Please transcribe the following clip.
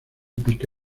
pick